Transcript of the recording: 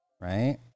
Right